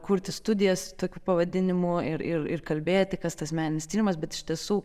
kurti studijas tokiu pavadinimu ir ir ir kalbėti kas tas meninis tyrimas bet iš tiesų